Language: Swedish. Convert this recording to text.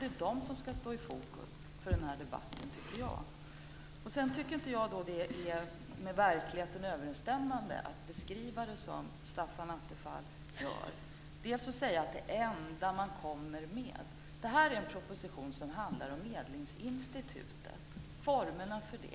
Jag tycker att de ska stå i fokus för debatten. Det är inte med verkligheten överensstämmande att beskriva det som Stefan Attefall gör. Han säger att det enda man kommer med är ett institut. Det här är en proposition som handlar om medlingsinstitutet och formerna för det.